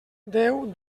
déu